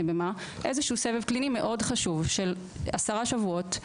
במה איזשהו סבב קליני מאוד חשוב של עשרה שבועות,